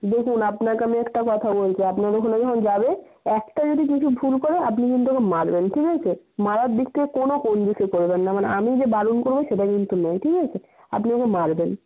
দেখুন আপনাকে আমি একটা কথা বলছি আপনার ওখানে যখন যাবে একটা যদি কিছু ভুল করে আপনি কিন্তু ওকে মারবেন ঠিক আছে মারার দিক থেকে কোনও কঞ্জুসি করবেন না মানে আমি যে বারণ করব সেটা কিন্তু নয় ঠিক আছে আপনি ওকে মারবেন